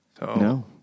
No